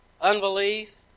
unbelief